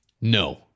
No